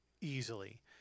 easily